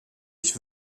ich